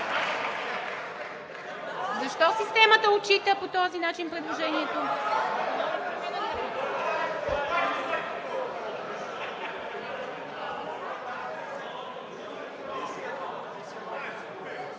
Защо системата отчита по този начин предложението?!